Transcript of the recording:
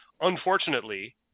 Unfortunately